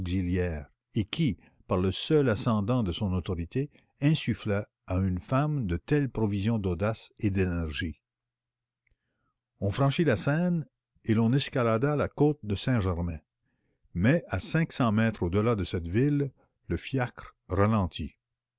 et qui par le seul ascendant de son autorité insufflait à une femme de telles provisions d'audace et d'énergie on franchit la seine et l'on escalada la côte de saint-germain mais à cinq cents mètres au delà de cette ville le fiacre ralentit